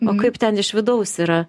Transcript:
o kaip ten iš vidaus yra